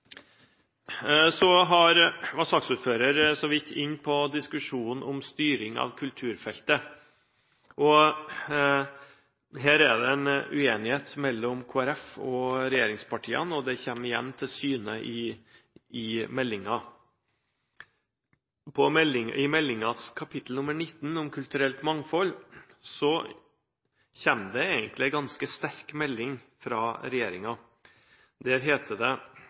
var så vidt inne på diskusjonen om styring av kulturfeltet. Her er det en uenighet mellom Kristelig Folkeparti og regjeringspartiene, og det kommer igjen til syne i meldingen. I meldingens kapittel 19 om kulturelt mangfold kommer det egentlig en ganske sterk melding fra regjeringen. Der heter det